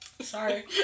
sorry